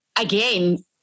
again